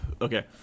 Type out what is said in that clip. Okay